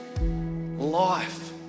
life